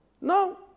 no